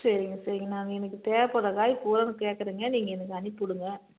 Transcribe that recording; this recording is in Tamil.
சரிங்க சரிங்க நாங்கள் எனக்கு தேவைப்பட்ற காய் கொடுன்னு கேட்கறேங்க நீங்கள் எனக்கு அனுப்பி விடுங்க